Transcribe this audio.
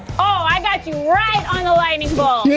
oh i got you right on the lightning bolt.